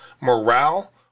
morale